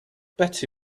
betty